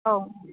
औ